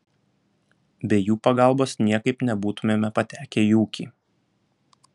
be jų pagalbos niekaip nebūtumėme patekę į ūkį